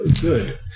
Good